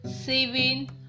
saving